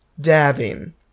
dabbing